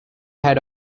had